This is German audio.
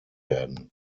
werden